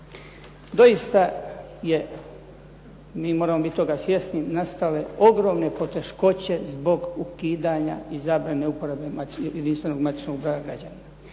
doista je mi moramo biti toga svjesni nastale ogromne poteškoće zbog ukidanja i zabrane uporabe jedinstvenog matičnog broja građanina